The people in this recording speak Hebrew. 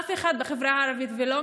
אף אחד בחברה הערבית, וגם